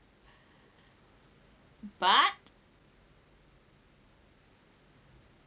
but